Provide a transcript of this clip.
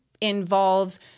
involves